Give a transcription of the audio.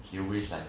he always like